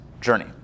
journey